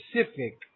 specific